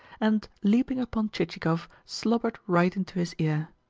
and, leaping upon chichikov, slobbered right into his ear.